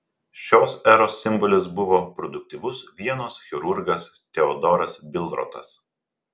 šios eros simbolis buvo produktyvus vienos chirurgas teodoras bilrotas